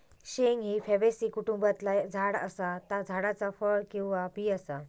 शेंग ही फॅबेसी कुटुंबातला झाड असा ता झाडाचा फळ किंवा बी असा